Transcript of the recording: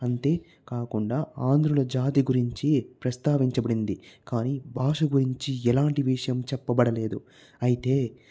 అంతే కాకుండా ఆంధ్రుల జాతి గురించి ప్రస్తావించబడింది కానీ భాష గురించి ఎలాంటి విషయం చెప్పబడలేదు అయితే